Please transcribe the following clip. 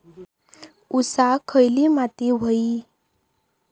ऊसाक खयली माती व्हयी?